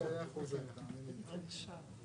מכיוון שמדובר כאן על אנשים קשישים,